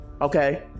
Okay